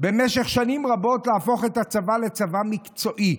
במשך שנים רבות להפוך את הצבא לצבא מקצועי.